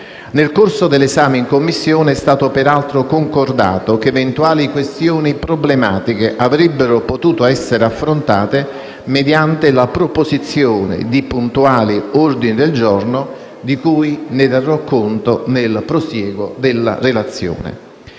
Nel corso dell'esame in Commissione è stato peraltro concordato che eventuali questioni problematiche avrebbero potuto essere affrontate mediante la proposizione di puntuali ordini del giorno, di cui darò conto nel prosieguo della relazione.